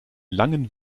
langen